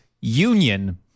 union